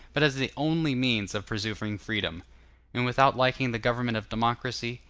but as the only means of preserving freedom and without liking the government of democracy,